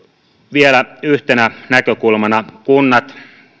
vielä yhtenä näkökulmana kunnat